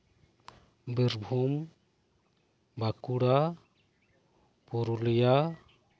Birbhum Bankura Purulia